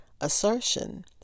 assertion